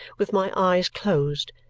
with my eyes closed,